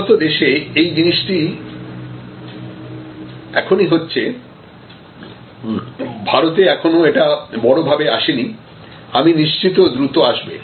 উন্নত দেশে এই জিনিসটিই এখনই হচ্ছে ভারতে এটা এখনো বড় ভাবে আসেনি আমি নিশ্চিত দ্রুত আসবে